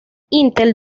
intel